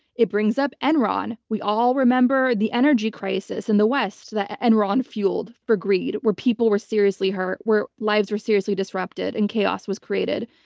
it brings up enron. we all remember the energy crisis in the west that enron fueled for greed where people were seriously hurt, where lives were seriously disrupted and chaos was created.